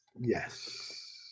Yes